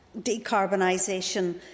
decarbonisation